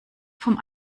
vom